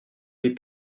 les